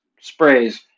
sprays